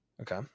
okay